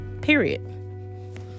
period